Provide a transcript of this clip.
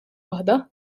waħda